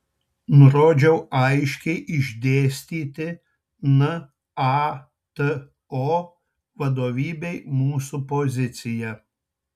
nurodžiau aiškiai išdėstyti nato vadovybei mūsų poziciją